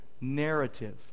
narrative